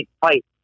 fight